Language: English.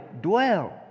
dwell